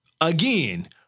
Again